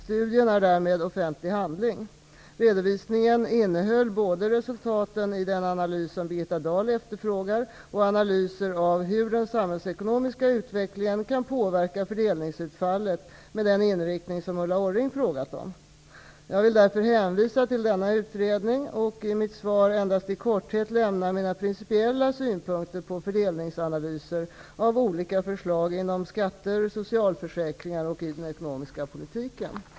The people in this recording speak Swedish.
Studien är därmed offentlig handling. Redovisningen innehöll både resultaten i den analys som Birgitta Dahl efterfrågar och analyser av hur den samhällsekonomiska utvecklingen kan påverka fördelningsutfallet med den inriktning som Ulla Orring frågat om. Jag vill därför hänvisa till denna utredning och i mitt svar endast i korthet lämna mina principiella synpunkter på fördelningsanalyser av olika förslag om skatter, socialförsäkringar och i den ekonomiska politiken.